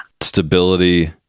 stability